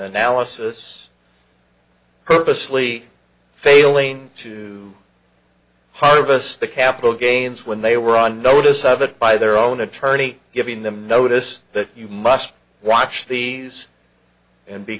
analysis purposely failing to harvest the capital gains when they were on notice of it by their own attorney giving them notice that you must watch these and be